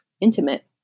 intimate